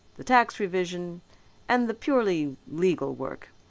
the tax revision and the purely legal work.